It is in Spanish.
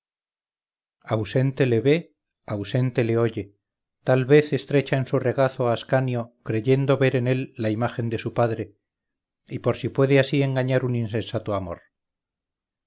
ausente le ve ausente le oye tal vez estrecha en su regazo a ascanio creyendo ver en él la imagen de su padre y por si puede así engañar un insensato amor